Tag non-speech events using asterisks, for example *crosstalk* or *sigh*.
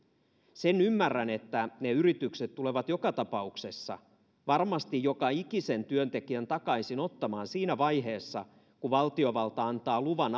sen ymmärrän että ne yritykset tulevat joka tapauksessa varmasti joka ikisen työntekijän takaisin ottamaan siinä vaiheessa kun valtiovalta antaa luvan *unintelligible*